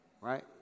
Right